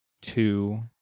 two